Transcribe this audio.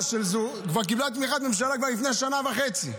הצעת חוק דומה לזו כבר קיבלה תמיכת ממשלה לפני שנה וחצי.